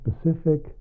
specific